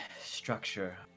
structure